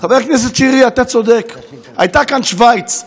חבר הכנסת שירי, אתה צודק, הייתה כאן שווייץ.